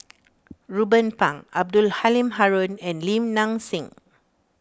Ruben Pang Abdul Halim Haron and Lim Nang Seng